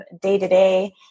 day-to-day